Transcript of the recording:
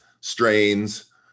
strains